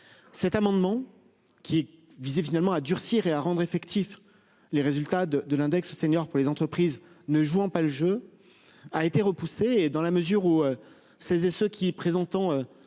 Cet amendement qui visait finalement à durcir et à rendre effectif. Les résultats de de l'index senior pour les entreprises ne jouant pas le jeu a été repoussée dans la mesure où ces et ce qui est présentant